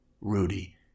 Rudy